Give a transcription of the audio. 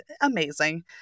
amazing